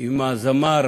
הזמר